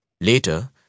Later